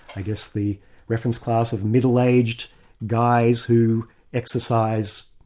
i guess the reference class of middle-aged guys who exercise,